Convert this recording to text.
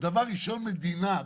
זה הדבר הראשון שצריכה לעשות מדינה,